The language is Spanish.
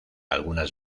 algunas